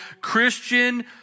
Christian